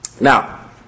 Now